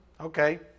Okay